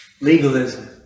Legalism